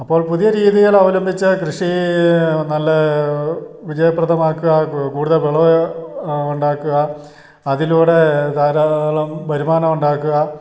അപ്പോൾ പുതിയ രീതികൾ അവലമ്പിച്ച കൃഷി നല്ല വിജയപ്രദമാക്കുക കൂടുതൽ വിളവു ഉണ്ടാക്കുക അതിലൂടെ ധാരാളം വരുമാനം ഉണ്ടാക്കുക